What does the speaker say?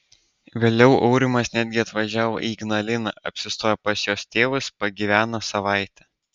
vėliau aurimas netgi atvažiavo į ignaliną apsistojo pas jos tėvus pagyveno savaitę